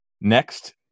Next